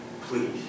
Please